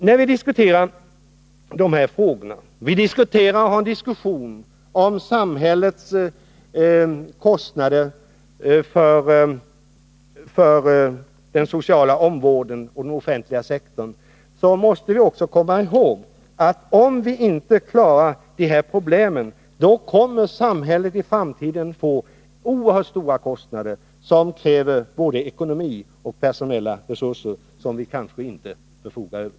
När vi för en diskussion om samhällets kostnader för den sociala omvårdnaden och den offentliga sektorn, måste vi också komma ihåg att om vi inte klarar dessa problem kommer samhället i framtiden att få oerhört stora kostnader. Det kräver både en bra ekonomi och personella resurser, som vi kanske inte förfogar över.